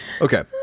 Okay